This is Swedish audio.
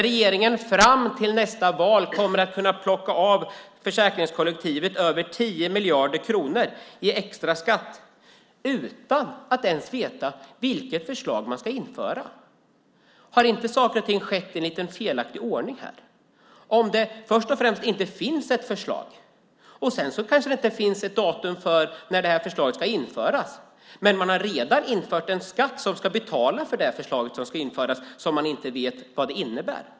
Regeringen kommer fram till nästa val att kunna plocka av försäkringskollektivet över 10 miljarder kronor i extra skatt utan att ens veta vilket förslag man ska införa. Har inte saker och ting skett i en lite felaktig ordning här om det först och främst inte finns ett förslag, och sedan kanske det inte finns ett datum för när förslaget ska införas? Man har redan infört en skatt som ska betala för det förslag som ska införas som man inte vet vad det innebär.